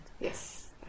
Yes